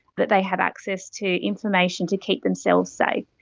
that they have access to information to keep themselves safe.